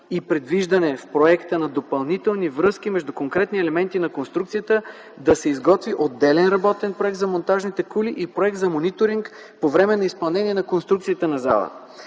и предвиждане в проекта на допълнителни връзки между конкретни елементи на конструкцията да се изготви отделен работен проект за монтажните кули и проект за мониторинг по време на изпълнението на конструкцията на залата.